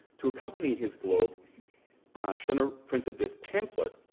to accompany his globe schoner printed this pamphlet